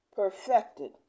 perfected